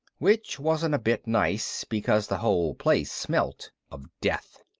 which wasn't a bit nice, because the whole place smelt of death.